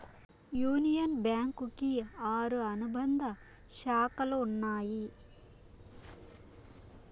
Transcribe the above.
union bank కి ఆరు అనుబంధ శాఖలు ఉన్నాయి